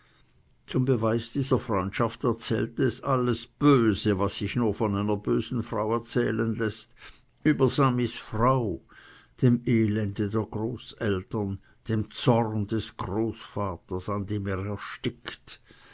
zum beweis dieser freundschaft erzählte es alles böse was sich nur von einer bösen frau erzählen läßt über samis frau dem elende der großeltern dem zorne des großvaters an dem er erstickt